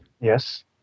Yes